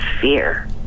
fear